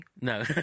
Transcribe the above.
No